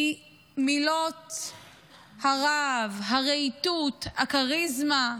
כי מילות הרהב, הרהיטות, הכריזמה,